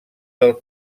del